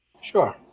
Sure